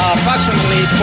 Approximately